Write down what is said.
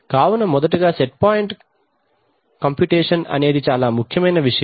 కావున మొదటగా set point computation అనేది చాలా ముఖ్యమైన విషయం